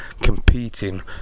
competing